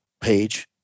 Page